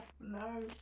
no